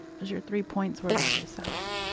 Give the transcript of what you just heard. was your three points were about yourself.